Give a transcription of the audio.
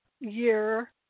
year